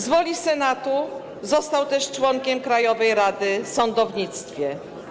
Z woli Senatu został też członkiem Krajowej Rady Sądownictwa.